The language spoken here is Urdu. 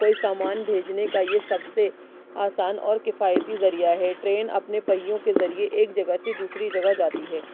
کوئی سامان بھیجنے کا یہ سب سے آسان اور کفایتی ذریعہ ہے ٹرین اپنے پہیوں کے ذریعے ایک جگہ سے دوسری جگہ جاتی ہے